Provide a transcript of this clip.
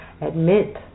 Admit